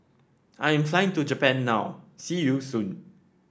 I am flying to Japan now see you soon